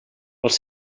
els